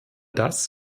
das